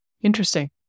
Interesting